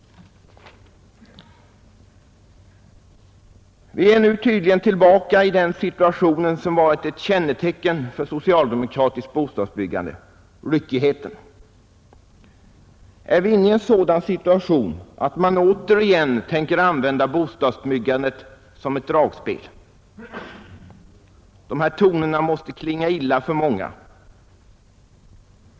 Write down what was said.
Vi är nu tydligen tillbaka i den situation som varit ett kännetecken för socialdemokratiskt bostadsbyggande — ryckigheten. Är vi inne i en sådan situation att man återigen tänker använda bostadsbyggandet som ett dragspel? De här tonerna måste klinga illa för många.